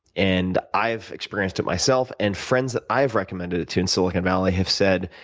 and i've experienced it myself. and friends that i've recommended it to in silicon valley have said,